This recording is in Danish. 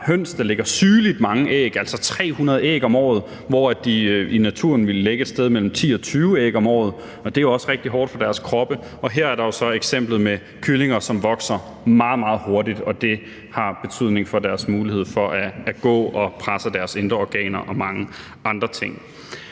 Vi har høns, der lægger sygeligt mange æg, altså 300 æg om året, hvor de i naturen ville lægge et sted mellem 10 og 20 æg om året, og det er også rigtig hårdt for deres kroppe. Her er der jo så eksemplet med kyllinger, som vokser meget, meget hurtigt, og det har betydning for deres mulighed for at gå, og det presser deres indre organer og mange andre ting.